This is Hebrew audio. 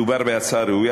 מדובר בהצעה ראויה,